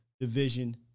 division